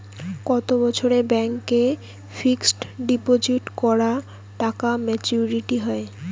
কত বছরে ব্যাংক এ ফিক্সড ডিপোজিট করা টাকা মেচুউরিটি হয়?